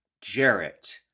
Jarrett